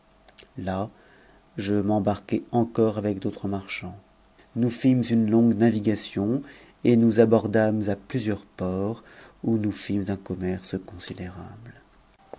là je m'embarquai encore avec d'autres mat'ch u nous fîmes une longue navigation et nous abordâmes à plusieurs noi's où nous fîmes un commerce considérable